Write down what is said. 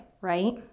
right